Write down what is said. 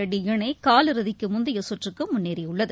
ரெட்டி இணை காலிறுதிக்கு முந்தைய சுற்றுக்கு முன்னேறியுள்ளது